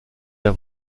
d’un